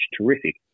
Terrific